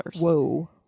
Whoa